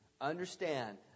understand